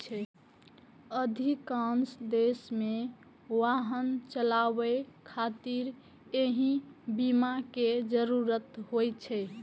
अधिकांश देश मे वाहन चलाबै खातिर एहि बीमा के जरूरत होइ छै